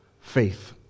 Faith